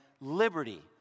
liberty